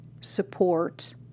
support